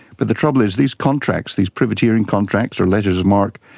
but the trouble is, these contracts, these privateering contracts or letters of mark,